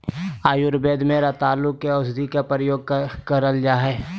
आयुर्वेद में रतालू के औषधी के रूप में प्रयोग कइल जा हइ